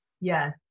Yes